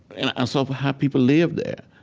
and i saw how people lived there,